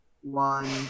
one